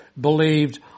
believed